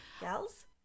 gals